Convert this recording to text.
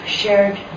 shared